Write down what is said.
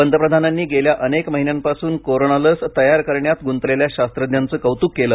पंतप्रधानांनी गेल्या अनेक महिन्यांपासून कोरोना लस तयार करण्यात गुंतलेल्या शास्त्रज्ञांचे कौतुक केले